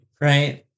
Right